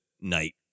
night